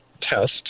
test